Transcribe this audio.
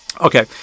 Okay